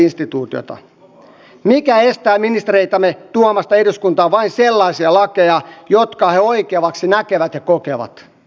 mikä estää ministereitämme tuomasta eduskuntaan vain sellaisia lakeja jotka he oikeaksi näkevät ja kokevat